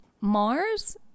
Mars